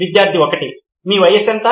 విద్యార్థి 1 మీ వయసు ఎంత